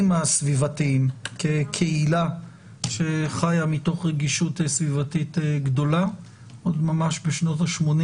הסביבתיים כקהילה שחיה מתוך רגישות סביבתית גדולה בשנות ה-80